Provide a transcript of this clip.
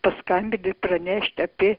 paskambint ir pranešt apie